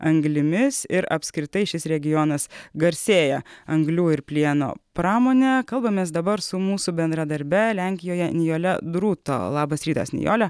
anglimis ir apskritai šis regionas garsėja anglių ir plieno pramone kalbamės dabar su mūsų bendradarbe lenkijoje nijole drūto labas rytas nijole